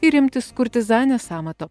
ir imtis kurtizanės amato